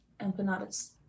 empanadas